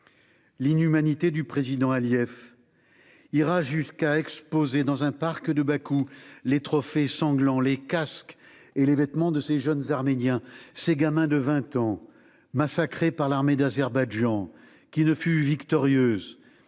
L'inhumanité du président Aliyev l'a conduit à exposer dans un parc de Bakou les trophées sanglants, les casques et les vêtements de ces jeunes Arméniens, des gamins de 20 ans massacrés par l'armée d'Azerbaïdjan- victorieuse